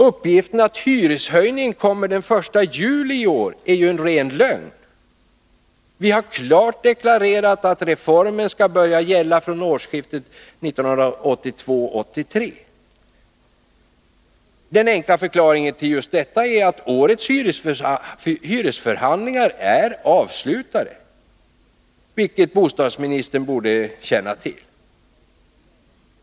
Uppgiften att hyreshöjningen kommer den 1 juli i år är ren lögn. Vi har klart deklarerat att reformen skall börja gälla från årsskiftet 1982-1983. Den enkla förklaringen till detta är att årets hyresförhandlingar är avslutade, vilket bostadsministern borde känna till.